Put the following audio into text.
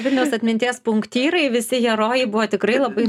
vilniaus atminties punktyrai visi herojai buvo tikrai labai